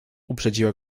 uprzedziła